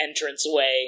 entranceway